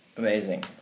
Amazing